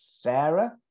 Sarah